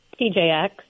TJX